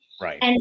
right